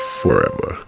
forever